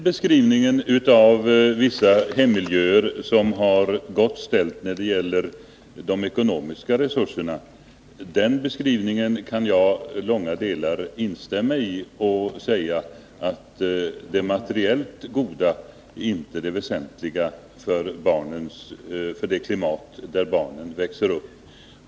Herr talman! Jag kan till stor del instämma i beskrivningen av vissa hem som har det gott ställt när det gäller ekonomiska resurser. Det materiellt goda är inte det väsentliga för barnens uppväxtklimat.